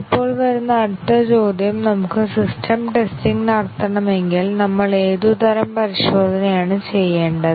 ഇപ്പോൾ വരുന്ന അടുത്ത ചോദ്യം നമുക്ക് സിസ്റ്റം ടെസ്റ്റിംഗ് നടത്തണമെങ്കിൽ നമ്മൾ ഏതുതരം പരിശോധനയാണ് ചെയ്യേണ്ടത്